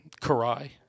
Karai